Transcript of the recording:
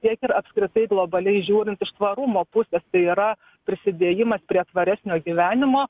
tiek ir apskritai globaliai žiūrint iš tvarumo pusės tai yra prisidėjimas prie tvaresnio gyvenimo